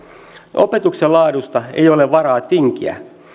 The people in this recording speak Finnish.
opetuksen laadusta ei ole varaa tinkiä